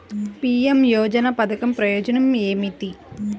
PM యోజన పధకం ప్రయోజనం ఏమితి?